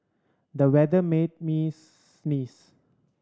the weather made me sneeze